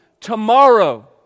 tomorrow